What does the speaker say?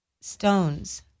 stones